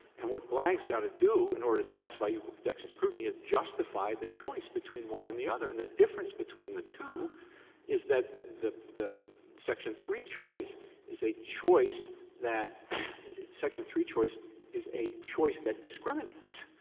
and what blag's got to do in order to satisfy equal protection scrutiny is justify the choice between one and the other, and the difference between the two is that the the section three choice is a choice that section three choice is a choice that discriminates.